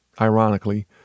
ironically